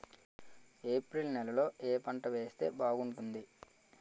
April నెలలో ఏ పంట వేస్తే బాగుంటుంది?